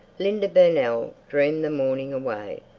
linda burnell dreamed the morning away.